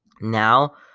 Now